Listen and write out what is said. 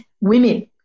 women